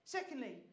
Secondly